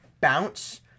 bounce